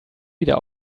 wieder